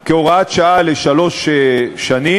מראש כהוראת שעה לשלוש שנים.